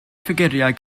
ffigyrau